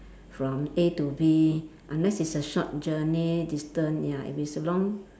from A to B unless it's a short journey distant ya if it's a long